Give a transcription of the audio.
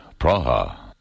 Praha